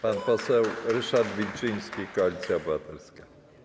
Pan poseł Ryszard Wilczyński, Koalicja Obywatelska.